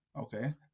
Okay